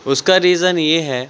اس کا ریزن یہ ہے